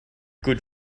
good